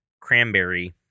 cranberry